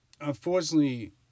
unfortunately